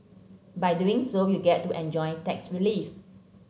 by doing so you get to enjoy tax relief